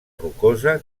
rocosa